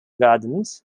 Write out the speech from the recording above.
gardens